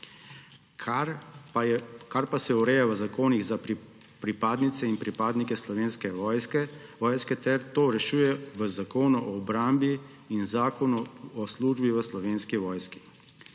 kar pa se ureja v zakonih za pripadnice in pripadnike Slovenske vojske ter to rešuje v Zakonu o obrambi in Zakonu o službi v Slovenski vojski.